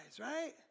right